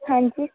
ਹਾਂਜੀ